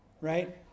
right